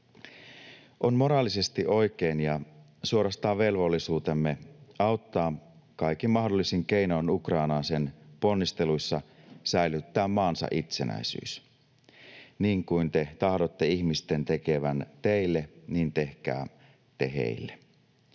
On moraalisesti oikein ja suorastaan velvollisuutemme auttaa kaikin mahdollisin keinoin Ukrainaa sen ponnisteluissa säilyttää maansa itsenäisyys. Niin kuin te tahdotte ihmisten tekevän teille, niin tehkää te heille.